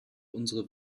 unsere